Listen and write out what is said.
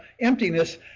emptiness